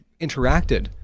interacted